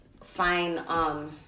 find